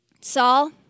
Saul